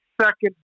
second